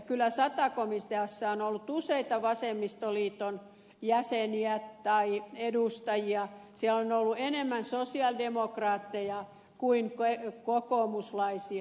kyllä sata komiteassa on ollut useita vasemmistoliiton jäseniä tai edustajia siellä on ollut enemmän sosialidemokraatteja kuin kokoomuslaisia